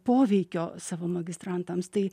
poveikio savo magistrantams tai